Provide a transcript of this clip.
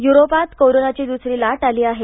युरोपात कोरोनाची द्सरी लाट आली आहे